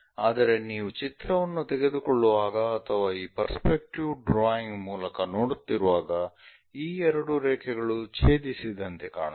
ಆದರೆ ನೀವು ಚಿತ್ರವನ್ನು ತೆಗೆದುಕೊಳ್ಳುವಾಗ ಅಥವಾ ಈ ಪರ್ಸ್ಪೆಕ್ಟಿವ್ ಡ್ರಾಯಿಂಗ್ ಮೂಲಕ ನೋಡುತ್ತಿರುವಾಗ ಈ ಎರಡು ರೇಖೆಗಳು ಛೇದಿಸಿದಂತೆ ಕಾಣುತ್ತವೆ